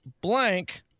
blank